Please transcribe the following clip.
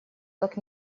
как